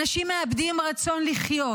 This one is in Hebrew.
אנשים מאבדים רצון לחיות.